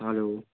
hello